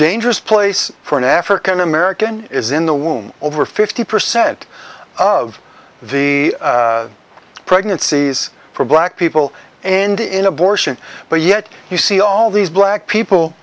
dangerous place for an african american is in the womb over fifty percent of the pregnancies for black people and in abortion but yet you see all these black people